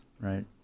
Right